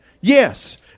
Yes